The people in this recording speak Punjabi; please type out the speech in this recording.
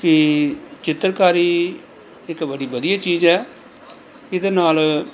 ਕਿ ਚਿੱਤਰਕਾਰੀ ਇੱਕ ਬੜੀ ਵਧੀਆ ਚੀਜ਼ ਹੈ ਇਹਦੇ ਨਾਲ